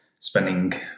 spending